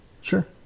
Sure